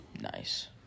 nice